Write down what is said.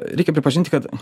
reikia pripažinti kad